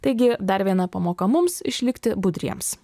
taigi dar viena pamoka mums išlikti budriems